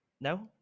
no